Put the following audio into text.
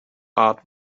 art